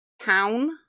town